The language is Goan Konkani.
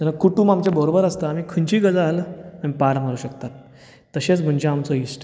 कुटूंब आमचे बरोबर आसता आनी खंयची गजाल आमी पार लावंक शकता तशेंच म्हणजे आमचो इश्ट